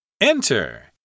Enter